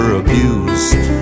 abused